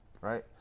Right